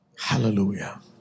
Hallelujah